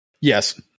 Yes